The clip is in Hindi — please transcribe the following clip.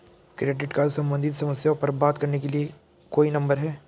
क्रेडिट कार्ड सम्बंधित समस्याओं पर बात करने के लिए कोई नंबर है?